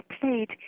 played